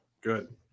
good